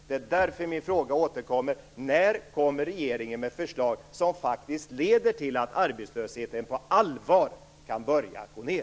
Därför återkommer min fråga: När kommer regeringen med förslag som faktiskt leder till att arbetslösheten på allvar kan börja att gå ned?